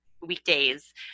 weekdays